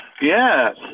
Yes